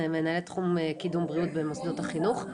מנהלת תחום קידום הבריאות במוסדות החינוך.